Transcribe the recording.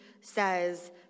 says